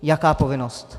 Jaká povinnost?